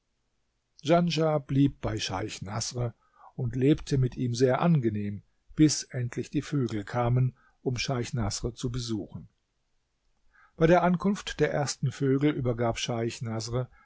djanschah blieb bei scheich naßr und lebte mit ihm sehr angenehm bis endlich die vögel kamen um scheich naßr zu besuchen bei der ankunft der ersten vögel übergab scheich naßr